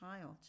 child